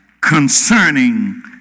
concerning